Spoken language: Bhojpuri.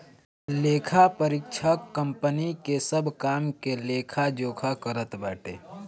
लेखापरीक्षक कंपनी के सब काम के लेखा जोखा रखत बाटे